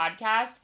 podcast